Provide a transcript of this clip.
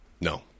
No